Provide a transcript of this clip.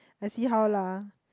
then see how lah